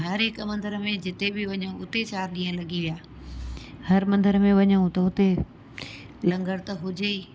हर हिक मंदर में जिते बि वञूं हुते चारि ॾींहं लॻी विया हर मंदर में वञूं त हुते लंगर त हुजे ई